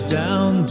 down